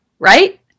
right